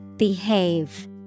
Behave